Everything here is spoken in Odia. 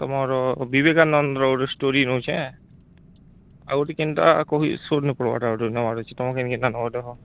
ତମର ବିବେକାନନ୍ଦର ଗୁଟେ ଷ୍ଟୋରି ନଉଛେ ଆଉ ଗୁଟେ କେନ୍ତା କହୁଛି ଶୁନ ନେଇ ପାରବା ଟା ଗୁଟେ ନବାର ଅଛି ତମ କେନ୍ତା ନେବ ଦେଖ